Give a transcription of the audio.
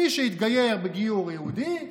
מי שהתגייר בגיור יהודי,